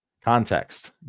context